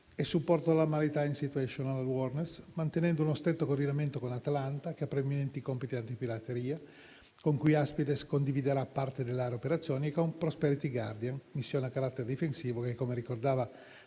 e supporto di *maritime situational awareness*, mantenendo uno stretto coordinamento con Atlanta, che ha preminenti compiti antipirateria, con cui Aspides condividerà parte dell'area operazioni, e con Prosperity guardian, missione a carattere difensivo che - come ricordava